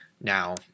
now